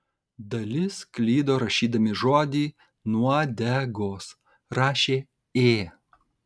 dalis klydo rašydami žodį nuodegos rašė ė